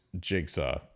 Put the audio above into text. Jigsaw